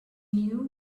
knew